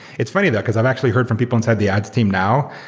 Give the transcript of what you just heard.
it's funny though, because i've actually heard from people inside the ads team now,